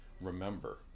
Remember